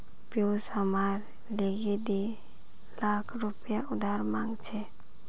पियूष हमार लीगी दी लाख रुपया उधार मांग छ